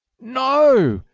no!